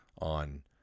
On